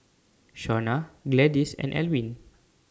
Shauna Gladyce and Alwin